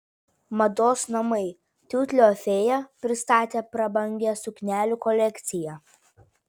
mados namai tiulio fėja pristatė prabangią suknelių kolekciją